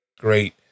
great